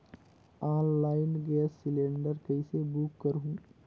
Online gas cylinder कइसे book करहु?